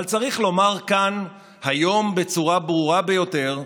אבל צריך לומר כאן היום בצורה ברורה ביותר: